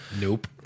Nope